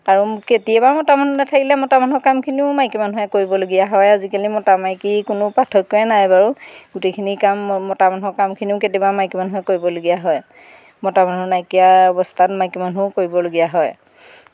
আৰু কেতিয়াবা মতা মানুহ নাথাকিলে মতা মানুহৰ কামখিনিও মাইকী মানুহে কৰিবলগীয়া হয় আজিকালি মতা মাইকীৰ কোনো পাৰ্থক্যই নাই বাৰু গোটেইখিনি কাম মতা মানুহৰ কামখিনিও কেতিয়াবা মাইকী মানুহে কৰিবলগীয়া হয় মতা মানুহ নাইকিয়া অৱস্থাত মাইকী মানুহেও কৰিবলগীয়া হয়